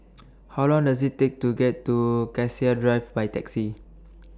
How Long Does IT Take to get to Cassia Drive By Taxi